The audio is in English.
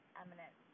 eminent